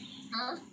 !huh!